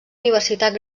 universitat